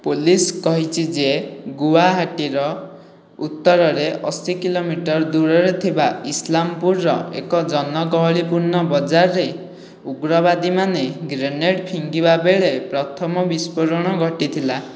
police କହିଛି ଯେ ଗୋହାଟୀର ଉତ୍ତରରେ ଅଶି କିଲୋମିଟର୍ ଦୂରରେ ଥିବା ଇସଲାମ୍ପୁରର ଏକ ଜନ ଗହଳିପୂର୍ଣ୍ଣ ବଜାରରେ ଉଗ୍ରବାଦୀମାନେ ଗ୍ରେନେଡ଼୍ ଫିଙ୍ଗିବା ବେଳେ ପ୍ରଥମ ବିସ୍ଫୋରଣ ଘଟିଥିଲା